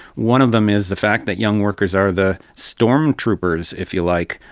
one of them is the fact that young workers are the storm troopers, if you like,